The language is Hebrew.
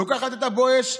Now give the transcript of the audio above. לוקחת את הבואש,